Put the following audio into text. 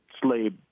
slave